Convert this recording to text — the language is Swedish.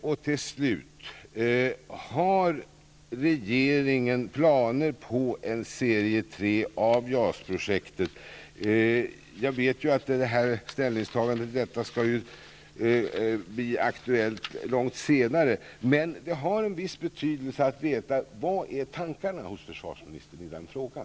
Slutligen: Har regeringen planer på en serie 3 av JAS-projektet? Jag vet att ställningstagande till detta blir aktuellt långt senare. Men det har en viss betydelse att veta vilka tankar försvarsministern har i den frågan.